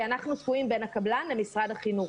כי אנחנו תקועים בין הקבלן למשרד החינוך.